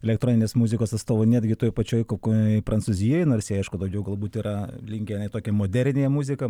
elektroninės muzikos atstovų netgi toj pačioj kokioj prancūzijoj nors jie aišku gal būt yra linkę į tokią moderniąją muziką